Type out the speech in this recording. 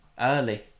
early